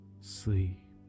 sleep